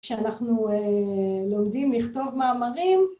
כשאנחנו לומדים לכתוב מאמרים